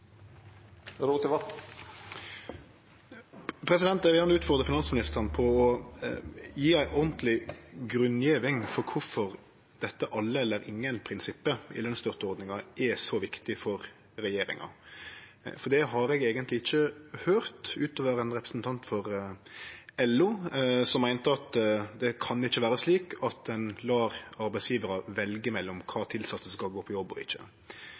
av januar. Eg vil gjerne utfordre finansministeren til å gje ei ordentleg grunngjeving for kvifor dette alle-eller-ingen-prinsippet i lønsstøtteordninga er så viktig for regjeringa. Det har eg eigentleg ikkje høyrt, bortsett frå ein representant for LO som meinte at det ikkje kan vere slik at ein lèt arbeidsgjevarar velje mellom kven av dei tilsette som skal gå på jobb og ikkje.